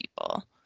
people